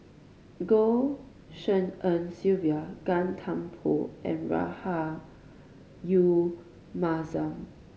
Goh Tshin En Sylvia Gan Thiam Poh and Rahayu Mahzam